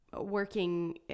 working